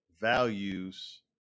values